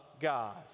God